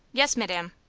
yes, madam.